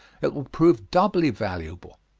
it will prove doubly valuable.